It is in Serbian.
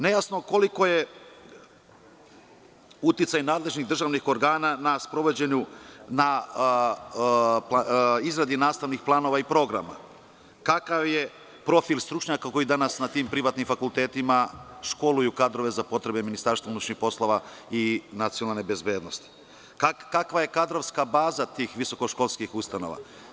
Nejasno je koliki je uticaj nadležnih državnih organa na sprovođenju izrade nastavnih planova i programa, kakav je profil stručnjaka koji danas na tim privatnim fakultetima školuju kadrove za potrebe Ministarstva unutrašnjih poslova i nacionalne bezbednosti, kakva je kadrovska baza tih visokoškolskih ustanova.